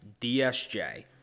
DSJ